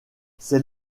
ces